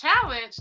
challenge